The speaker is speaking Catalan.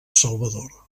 salvador